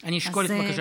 אני אשקול את בקשתך.